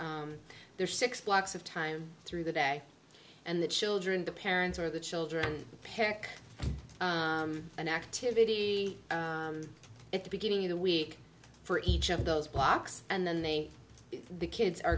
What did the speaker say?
there's six blocks of time through the day and the children the parents or the children parent an activity at the beginning of the week for each of those blocks and then they the kids are